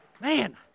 man